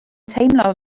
teimlo